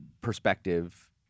perspective